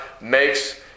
makes